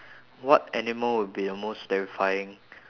what animal would be the most terrifying